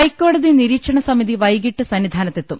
ഹൈക്കോടതി നിരീക്ഷണസമിതി വൈകിട്ട് സന്നിധാനത്തെ ത്തും